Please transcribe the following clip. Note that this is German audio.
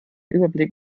überblick